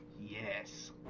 Yes